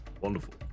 Wonderful